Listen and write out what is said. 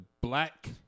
black